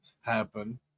happen